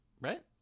Right